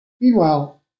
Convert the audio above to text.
Meanwhile